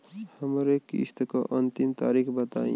हमरे किस्त क अंतिम तारीख बताईं?